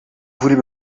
voulez